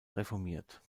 reformiert